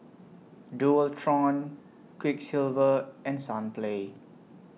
Dualtron Quiksilver and Sunplay